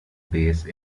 base